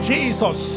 Jesus